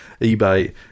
eBay